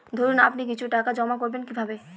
ধরুন আপনি কিছু টাকা জমা করবেন কিভাবে?